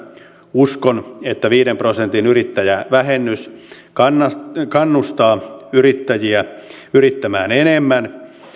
uskon että viiden prosentin yrittäjävähennys kannustaa yrittäjiä yrittämään enemmän